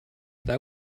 that